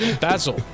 Basil